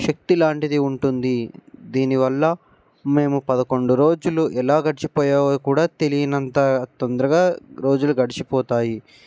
శక్తి లాంటిది ఉంటుంది దీనివల్ల మేము పదకొండు రోజులు ఎలా గడిచిపోయాయో కూడా తెలియనంత తొందరగా రోజులు గడిచిపోతాయి